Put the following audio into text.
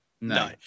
No